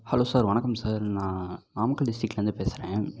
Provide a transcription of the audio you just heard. hello sir வணக்கம் sir நான் நாமக்கல் டிஸ்டிரிக்ட்லேருந்து பேசுகிறேன்